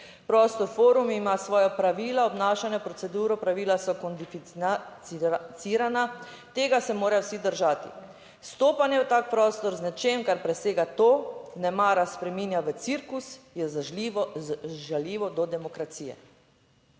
Prostor-forum ima svoja pravila obnašanja v proceduro, pravila so kodificirana, tega se morajo vsi držati. Vstopanje v tak prostor z nečim, kar presega to, nemara spreminja v cirkus, je žaljivo do demokracije.